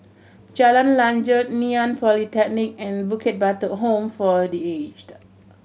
Jalan Lanjut Ngee Ann Polytechnic and Bukit Batok Home for The Aged